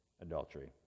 adultery